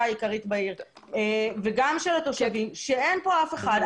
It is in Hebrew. העיקרית בעיר וגם של התושבים שאין פה אף אחד.